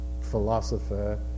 philosopher